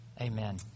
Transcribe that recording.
Amen